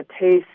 taste